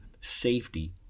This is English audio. safety